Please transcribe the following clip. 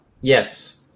Yes